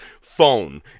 phone